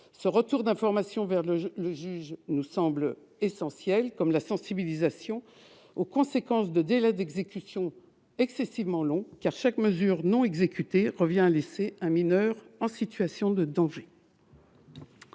Ce retour d'information vers le juge nous semble essentiel, de même que la sensibilisation aux conséquences de délais d'exécution excessivement longs, car chaque mesure non exécutée revient à laisser un mineur en situation de danger.